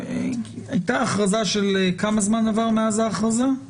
הייתה הכרזה, כמה זמן עבר מאז ההכרזה?